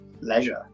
leisure